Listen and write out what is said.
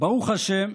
ברוך השם,